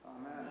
Amen